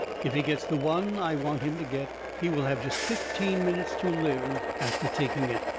if he gets the one i want him to get, he will have just fifteen minutes to live after taking it.